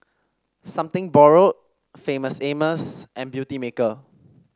Something Borrowed Famous Amos and Beautymaker